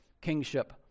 kingship